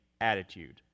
attitude